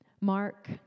Mark